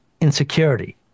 insecurity